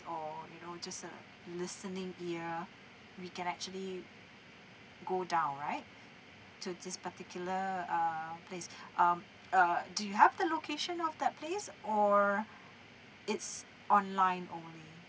or you know just a listening ear we can actually go down right to this particular err place um uh do you have the location of that place or it's online only